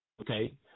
okay